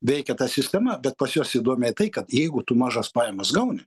veikia ta sistema bet pas juos įdomiai tai kad jeigu tu mažas pajamas gauni